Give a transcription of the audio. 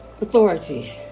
authority